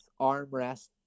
armrest